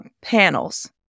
panels